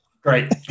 Great